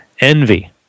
Envy